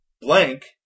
Blank